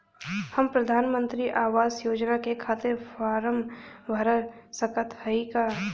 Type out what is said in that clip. हम प्रधान मंत्री आवास योजना के खातिर फारम भर सकत हयी का?